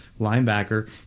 linebacker